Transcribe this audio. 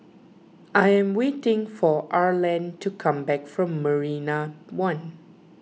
I am waiting for Arland to come back from Marina one